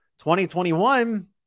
2021